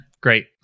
Great